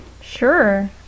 Sure